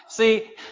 See